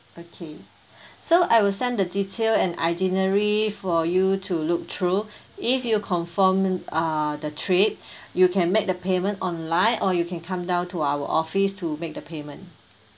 okay so I will send the detail and itinerary for you to look through if you confirm uh the trip you can make the payment online or you can come down to our office to make the payment